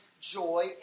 joy